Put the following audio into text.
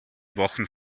wochen